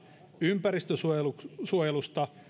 ympäristönsuojelusta tai